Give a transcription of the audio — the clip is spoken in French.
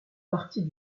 partie